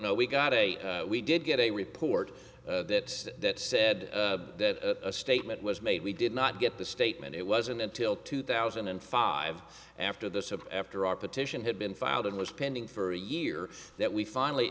no we got a we did get a report that said that a statement was made we did not get the statement it wasn't until two thousand and five after this of after our petition had been filed and was pending for a year that we finally